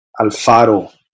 Alfaro